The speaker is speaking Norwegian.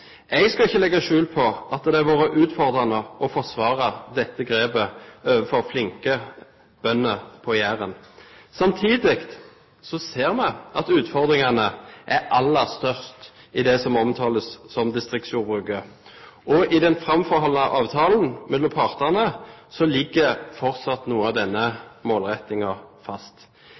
Jeg skal ikke legge skjul på at det har vært utfordrende å forsvare dette grepet overfor flinke bønder på Jæren. Samtidig ser vi at utfordringene er aller størst i det som omtales som distriktsjordbruket. I den framforhandlede avtalen mellom partene ligger fortsatt noe av denne målrettingen fast.